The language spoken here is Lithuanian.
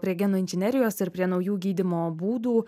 prie genų inžinerijos ir prie naujų gydymo būdų